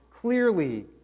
clearly